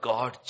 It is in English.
God